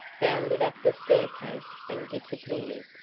bounded up the staircase and disappeared.